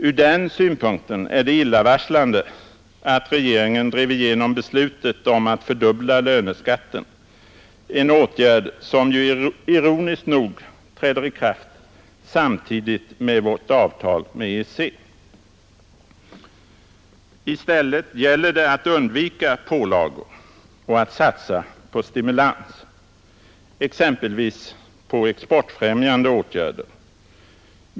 Från den synpunkten är det illavarslande att regeringen drev igenom beslutet om att fördubbla löneskatten, en åtgärd som ju ironiskt nog träder i kraft samtidigt med vårt avtal med EEC. I stället gäller det att undvika pålagor och att satsa på stimulans, exempelvis på exportfrämjande åtgärder.